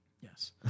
Yes